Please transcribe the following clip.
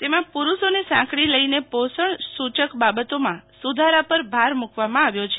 તેમાં પુરૂષોને સાંકળી લઈને પોષણ સુચક બાબતોમાં સુધારા પર ભાર મુકવામાં આવ્યો છે